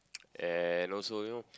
and also you know